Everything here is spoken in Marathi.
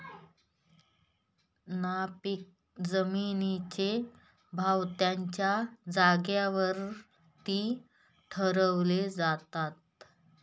नापीक जमिनींचे भाव त्यांच्या जागेवरती ठरवले जातात